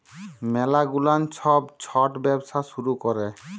ম্যালা গুলান ছব ছট ব্যবসা শুরু ক্যরে